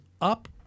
up